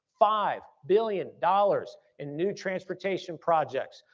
five billion dollars in new transportation projects.